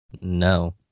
No